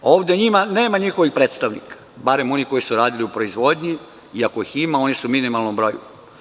Ovde nema njihovih predstavnika, bar onih koji su radili u proizvodnji, i ako ih ima oni su u minimalnom broju.